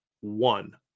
one